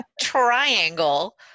triangle